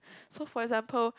so for example